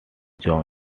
john